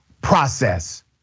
process